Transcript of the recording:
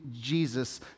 Jesus